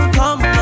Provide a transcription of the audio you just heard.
come